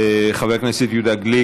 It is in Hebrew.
חבר הכנסת יהודה גליק.